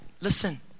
listen